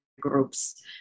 groups